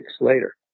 later